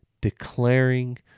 declaring